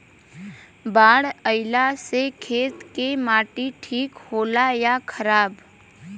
बाढ़ अईला से खेत के माटी ठीक होला या खराब?